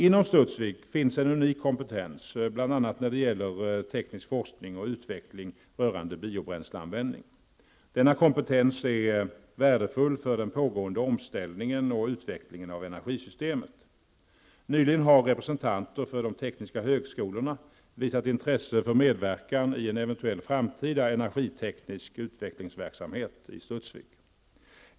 Inom Studsvik finns det en unik kompetens bl.a. när det gäller teknisk forskning och utveckling rörande biobränsleanvändning. Denna kompetens är värdefull för den pågående omställningen och utvecklingen av energisystemet. Nyligen har representanter för de tekniska högskolorna visat intresse för medverkan i en eventuell framtida energiteknisk utvecklingsverksamhet i Studsvik.